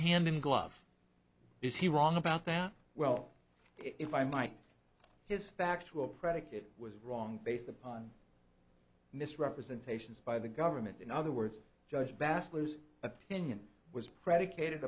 hand in glove is he wrong about that well if i might his factual predicate was wrong based upon misrepresentations by the government in other words just bass players opinion was predicated